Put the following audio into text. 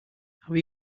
have